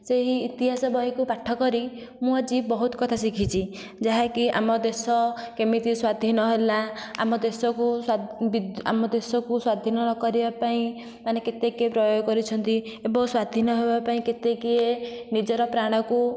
ସେହି ଇତିହାସ ବହିକୁ ପାଠ କରି ମୁଁ ଆଜି ବହୁତ କଥା ଶିଖିଛି ଯାହାକି ଆମ ଦେଶ କେମିତି ସ୍ଵାଧୀନ ହେଲା ଆମ ଦେଶକୁ ଆମ ଦେଶକୁ ସ୍ଵାଧୀନ କରିବା ପାଇଁ ମାନେ କେତେ କିଏ ପ୍ରୟୋଗ କରିଛନ୍ତି ଏବଂ ସ୍ଵାଧୀନ ହେବା ପାଇଁ କେତେ କିଏ ନିଜର ପ୍ରାଣକୁ